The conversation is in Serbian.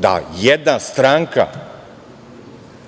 da jedna stranka